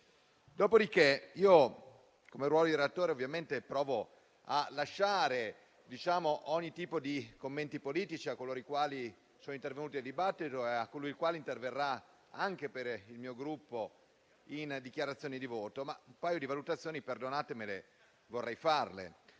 Dopodiché, nel ruolo di relatore, provo a lasciare ogni tipo di commenti politici a coloro che sono intervenuti nel dibattito e a chi interverrà, anche per il mio Gruppo, in dichiarazione di voto. Alcune valutazioni - perdonatemi - vorrei però